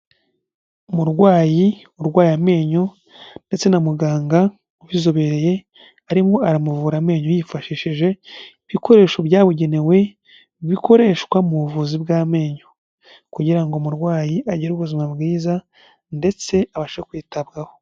Umurwayi urwaye amenyo ndetse na muganga ubizobereye, arimo aramuvura amenyo yifashishije ibikoresho byabugenewe, bikoreshwa mu buvuzi bw'amenyo kugira ngo umurwayi agire ubuzima bwiza ndetse abashe kwitabwaho.